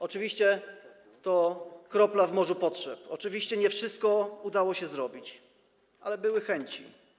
Oczywiście to kropla w morzu potrzeb, oczywiście nie wszystko udało się zrobić, ale były chęci.